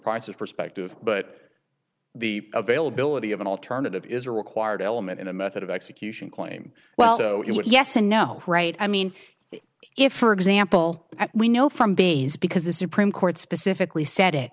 parts of perspective but the availability of an alternative is required element in a method of execution claim well so what yes and no right i mean if for example we know from days because the supreme court specifically said